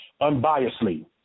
unbiasedly